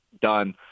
done